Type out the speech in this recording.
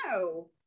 no